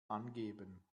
angeben